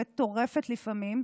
מטורפת לפעמים.